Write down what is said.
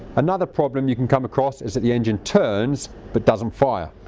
another problem you can come across is that the engine turns but doesn't fire.